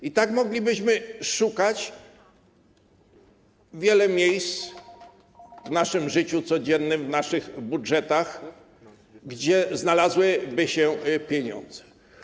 I tak moglibyśmy szukać wielu miejsc w naszym życiu codziennym, w naszych budżetach, gdzie znalazłyby się pieniądze.